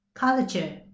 culture